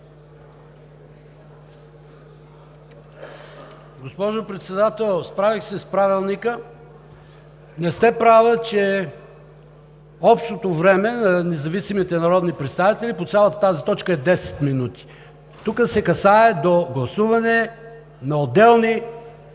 Госпожо Председател, справих се с Правилника. Не сте права, че общото време на независимите народни представители по цялата тази точка е десет минути. Тук се касае до гласуване на отделни